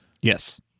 yes